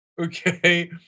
Okay